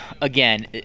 again